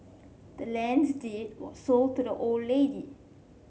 the land's deed was sold to the old lady